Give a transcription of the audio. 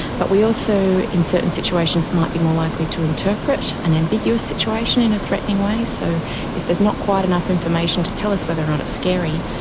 but we also in certain situations might be more likely to interpret an ambiguous situation in a threatening way. so if there's not quite enough information to tell us whether or not it's scary,